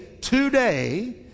today